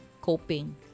coping